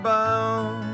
Bound